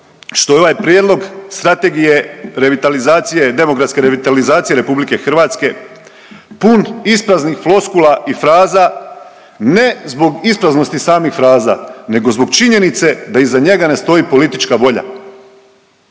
što je ovaj prijedlog strategije revitalizacije, demografske revitalizacije RH pun ispraznih floskula i fraza, ne zbog ispraznosti samih fraza nego zbog činjenice da iza njega ne stoji politička volja,